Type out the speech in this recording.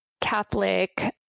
Catholic